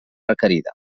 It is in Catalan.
requerida